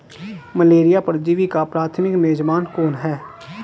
Malaria परजीवी का प्राथमिक मेजबान कौन है?